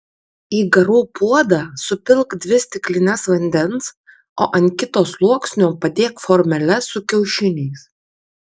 į garų puodą supilk dvi stiklines vandens o ant kito sluoksnio padėk formeles su kiaušiniais